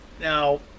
Now